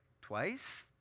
twice